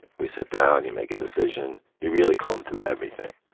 we sit down, you make a decision, you really comb through everything.